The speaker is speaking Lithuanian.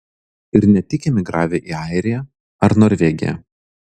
ir ne tik emigravę į airiją ar norvegiją